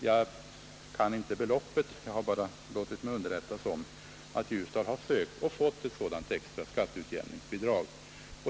Jag känner inte till beloppet — jag har bara låtit mig underrättas om att Ljusdal har sökt och fått ett extra skatteutjämningsbidrag.